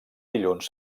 dilluns